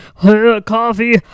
coffee